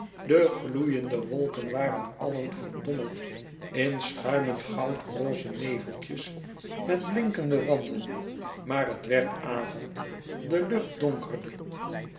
de gloeiende wolken waren allen verdommeld in schuimend goud roze neveltjes met blinkende randen maar het werd avond de lucht donkerde